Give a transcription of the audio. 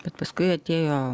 bet paskui atėjo